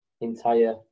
entire